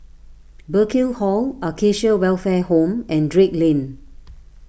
Burkill Hall Acacia Welfare Home and Drake Lane